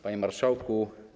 Panie Marszałku!